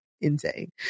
insane